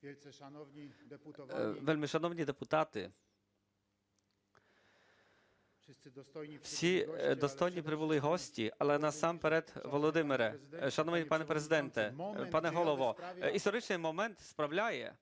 Вельмишановні депутати, всі достойні прибулі гості, але насамперед, Володимире, шановний пане Президенте, пане Голово, історичний момент справляє,